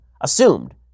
assumed